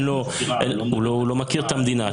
הוא לא מכיר את המדינה,